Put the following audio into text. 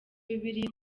bibiliya